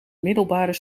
middelbare